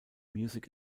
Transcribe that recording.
music